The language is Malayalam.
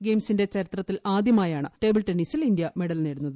ഗെയിംസിന്റെ ചരിത്രത്തിലാദ്യമായാണ് ടേബിൾ ടെന്നീസിൽ ഇന്ത്യ മെഡൽ നേടുന്നത്